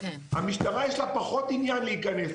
למשטרה יש פחות עניין להיכנס.